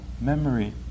memory